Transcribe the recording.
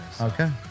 Okay